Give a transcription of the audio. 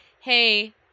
hey